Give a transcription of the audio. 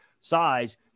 size